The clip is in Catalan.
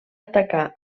atacar